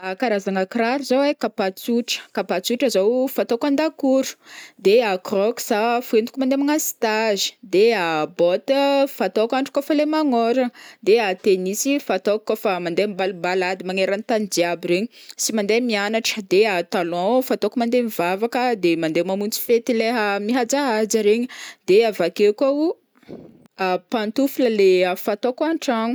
Karazagna kiraro zao e, kapa tsotra, kapa tsotra zao fataoko an-dakoro, de crocs a, fihentiko mande magnano stage, de bottes fataoko andro kaofa le magnorana, de tennis fataoko kaofa mandeha mibalibalady magnerantany jiaby regny sy mandeha mianatra de talon fataoko mandeha mivavaka de mandeha mamonjy fety leha mihajahaja regny de avakeo koa o pantoufle leha fataoko antragno.